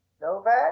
novak